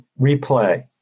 replay